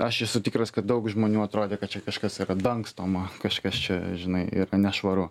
aš esu tikras kad daug žmonių atrodė kad čia kažkas yra dangstoma kažkas čia žinai yra nešvaru